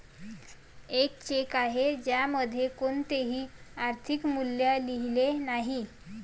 एक चेक आहे ज्यामध्ये कोणतेही आर्थिक मूल्य लिहिलेले नाही